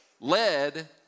led